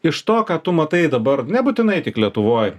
iš to ką tu matai dabar nebūtinai tik lietuvoj